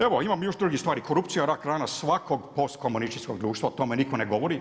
Evo imamo još drugih stvari, korupcija rak rana svakog postkomunističkog društva o tome nitko ne govori.